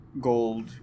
gold